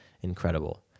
incredible